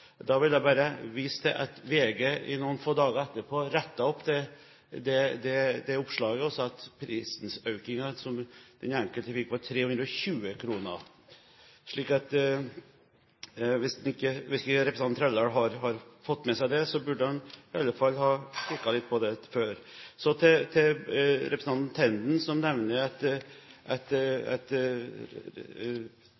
Da vil jeg bare vise til at VG noen få dager etterpå rettet opp det oppslaget, og skrev at prisøkningen som den enkelte fikk, var 320 kr. Så hvis ikke representanten Trældal har fått med seg det, burde han iallfall kikke litt på det. Så til representanten Tenden, som nevner at